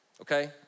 Okay